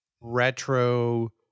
retro